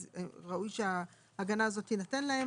אז ראוי שההגנה הזאת תינתן להם.